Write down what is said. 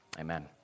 amen